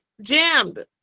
jammed